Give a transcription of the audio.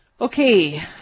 Okay